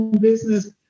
business